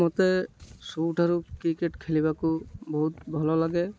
ମତେ ସବୁଠାରୁ କ୍ରିକେଟ୍ ଖେଳିବାକୁ ବହୁତ ଭଲ ଲାଗେ